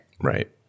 right